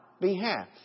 behalf